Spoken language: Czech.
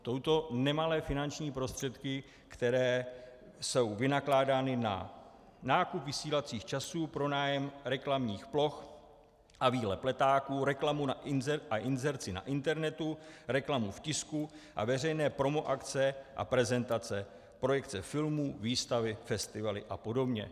Jsou to nemalé finanční prostředky, které jsou vynakládány na nákup vysílacích časů, pronájem reklamních ploch a výlep letáků, reklamu a inzerci na internetu, reklamu v tisku a veřejné promo akce a prezentace, projekce filmů, výstavy, festivaly apod...